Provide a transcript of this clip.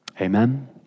Amen